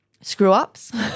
screw-ups